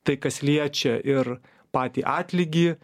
tai kas liečia ir patį atlygį